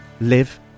live